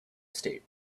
state